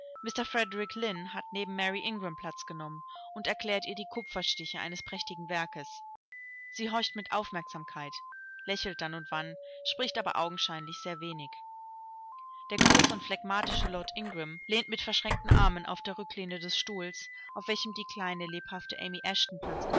hat neben mary ingram platz genommen und erklärt ihr die kupferstiche eines prächtigen werkes sie horcht mit aufmerksamkeit lächelt dann und wann spricht aber augenscheinlich sehr wenig der große und phlegmatische lord ingram lehnt mit verschränkten armen auf der rücklehne des stuhls auf welchem die kleine lebhafte